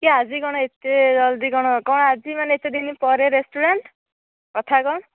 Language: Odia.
କି ଆଜି କଣ ଏତେ ଜଲ୍ଦି କଣ କଣ ଆଜି ମାନେ ଏତେ ଦିନ ପରେ ରେଷ୍ଟୁରାଣ୍ଟ କଥା କଣ